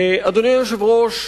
אדוני היושב-ראש,